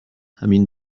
همین